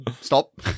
stop